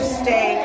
stay